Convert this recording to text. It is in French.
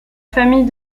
famille